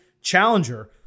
challenger